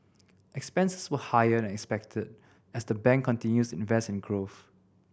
expenses were higher than expected as the bank continues to invest in growth